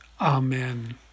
Amen